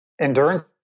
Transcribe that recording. endurance